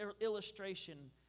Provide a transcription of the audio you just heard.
illustration